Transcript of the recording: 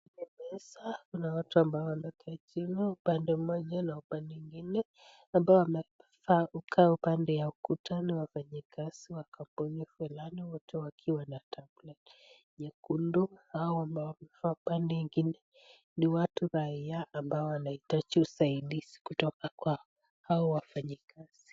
Kwa meza kuna watu ambao wamekaa chini upande mmoja na upande ingine ,ambao wamekaa upande ya ukuta ni wafanyikazi wa kampuni fulani wote wakiwa na tableti nyekundu. Hao ambao wamekaa upande ingine ni watu raia ambao wanahitaji usaidizi kutoka kwao, hao wafanyikazi.